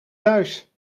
thuis